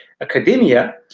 academia